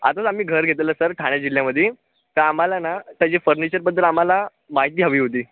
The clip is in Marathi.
आजच आम्ही घर घेतलेलं सर ठाणे जिल्ह्यामध्ये तर आम्हाला ना तर जे फर्निचरबद्दल आम्हाला माहिती हवी होती